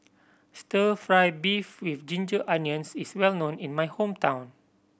Stir Fry beef with ginger onions is well known in my hometown